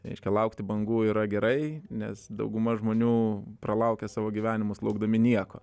reiškia laukti bangų yra gerai nes dauguma žmonių pralaukia savo gyvenimus laukdami nieko